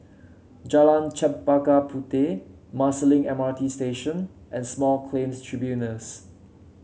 Jalan Chempaka Puteh Marsiling M R T Station and Small Claims Tribunals